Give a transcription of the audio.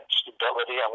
stability